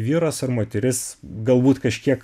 vyras ar moteris galbūt kažkiek